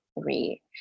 three